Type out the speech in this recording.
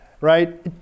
right